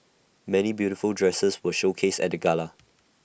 many beautiful dresses were showcased at the gala